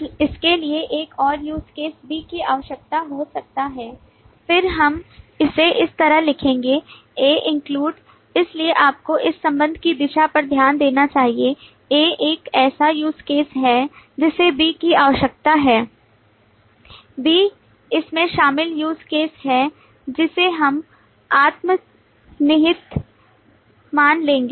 इसके लिए एक और Use Case B की आवश्यकता हो सकता है फिर हम इसे इस तरह लिखेंगे A include इसलिए आपको इस संबंध की दिशा पर ध्यान देना चाहिए A एक ऐसा use case है जिसे B की आवश्यकता है B इसमें शामिल use case है जिसे हम आत्म निहित मान लेंगे